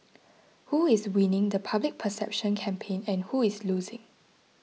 who is winning the public perception campaign and who is losing